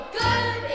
good